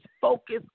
focus